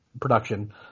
production